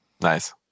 Nice